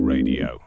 Radio